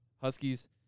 huskies